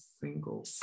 single